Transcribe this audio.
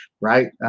right